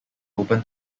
open